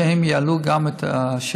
את העלאת המחיר, בזה שהם יעלו גם את השירותים.